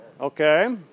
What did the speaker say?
Okay